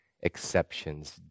exceptions